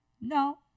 No